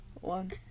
one